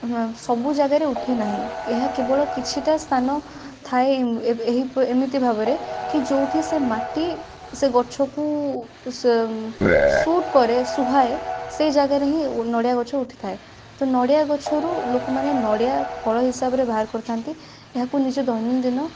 ହଁ ସବୁ ଜାଗାରେ ଉଠେ ନାହିଁ ଏହା କେବଳ କିଛିଟା ସ୍ଥାନ ଥାଏ ଏମିତି ଭାବରେ କି ଯେଉଁଠି ସେ ମାଟି ସେ ଗଛକୁ ସୁଟ କରେ ସୁହାଏ ସେଇ ଜାଗାରେ ହିଁ ନଡ଼ିଆ ଗଛ ଉଠିଥାଏ ନଡ଼ିଆ ଗଛରୁ ଲୋକମାନେ ନଡ଼ିଆ ଫଳ ହିସାବରେ ବାହାର କରିଥାନ୍ତି ଏହାକୁ ନିଜ ଦୈନନ୍ଦିନ